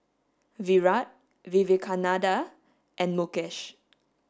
Virat Vivekananda and Mukesh